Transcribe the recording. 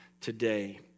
today